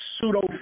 pseudo